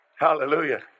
Hallelujah